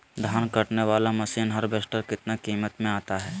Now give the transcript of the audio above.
धान कटने बाला मसीन हार्बेस्टार कितना किमत में आता है?